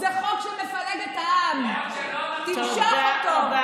תמשוך אותו.